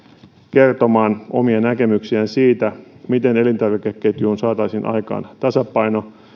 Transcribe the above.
kertomaan omia näkemyksiään siitä miten elintarvikeketjuun saataisiin aikaan tasapaino